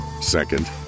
Second